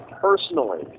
personally